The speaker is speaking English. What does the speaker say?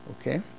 okay